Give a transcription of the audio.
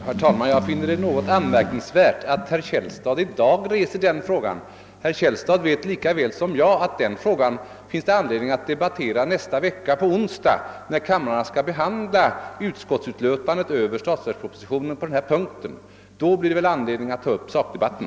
Herr talman! Jag finner det något anmärkningsvärt att herr Källstad i dag tar upp denna fråga. Herr Källstad vet lika väl som jag att det finns anledning att debattera den på onsdag i nästa vecka, när kamrarna skall behandla utskottsutlåtandet över statsverkspropositionen på denna punkt. Då blir det anledning att ta upp sakdebatten.